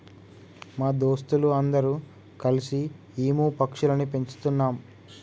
మా దోస్తులు అందరు కల్సి ఈము పక్షులని పెంచుతున్నాం